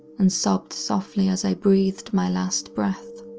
and sobbed softly as i breathed my last breath.